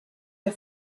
der